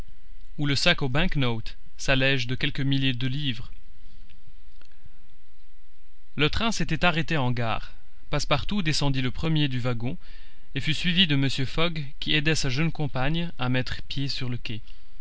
où le sac aux bank notes s'allège encore de quelques milliers de livres le train s'était arrêté en gare passepartout descendit le premier du wagon et fut suivi de mr fogg qui aida sa jeune compagne à mettre pied sur le quai